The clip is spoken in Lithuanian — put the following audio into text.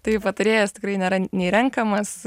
tai patarėjas tikrai nėra nei renkamas